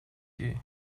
you